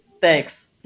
Thanks